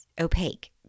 opaque